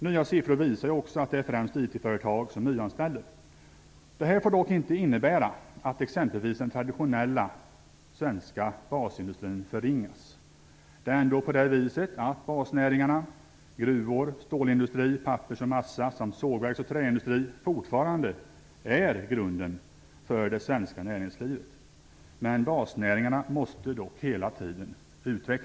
Nya siffror visar ju också att det främst är IT-företag som nyanställer. Detta får dock inte innebära att exempelvis den traditionella svenska basindustrin förringas. Det är ändå på det viset att basnäringarna - gruvor, stålindustri, papper och massa samt sågverk och träindustri fortfarande är grunden för det svenska näringslivet. Basnäringarna måste dock hela tiden utvecklas.